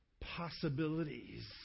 possibilities